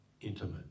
intimate